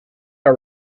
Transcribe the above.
are